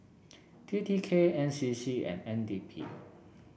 T T K N C C and N D P